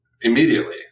immediately